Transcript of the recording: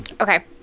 Okay